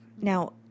now